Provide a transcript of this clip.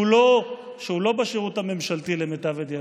שהוא לא בשירות הממשלתי, למיטב ידיעתי: